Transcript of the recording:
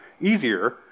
easier